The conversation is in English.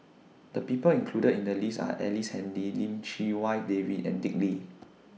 The People included in The list Are Ellice Handy Lim Chee Wai David and Dick Lee